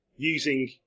using